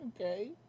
Okay